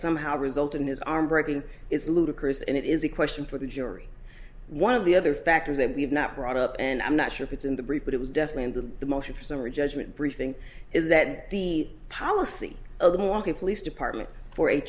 somehow result in his arm breaking is ludicrous and it is a question for the jury one of the other factors that we have not brought up and i'm not sure if it's in the brief but it was deaf man to the motion for summary judgment briefing is that the policy of the walking police department for